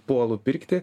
puolu pirkti